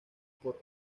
por